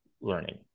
learning